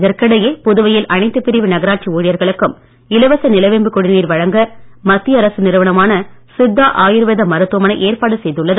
இதற்கிடையே புதுவையில் அனைத்து பிரிவு நகராட்சி ஊழியர்களுக்கும் இலவச நிலவேம்பு குடிநீர் வழங்க மத்திய அரசு நிறுவனமான சித்தா ஆயுர்வேத மருத்துவமனை ஏற்பாடு செய்துள்ளது